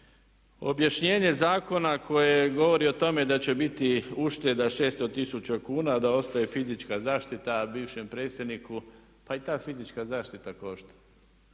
Objašnjenje zakona koje govori o tome da će biti ušteda 600 tisuća kuna, da ostaje fizička zaštita bivšem predsjedniku. Pa i ta fizička zaštita košta.